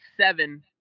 seven